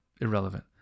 Irrelevant